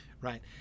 right